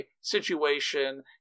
situation